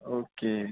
okay